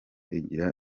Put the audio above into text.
igira